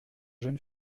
jeune